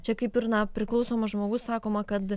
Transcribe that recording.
čia kaip ir na priklausomas žmogus sakoma kad